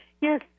Yes